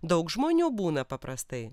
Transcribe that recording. daug žmonių būna paprastai